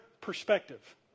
perspective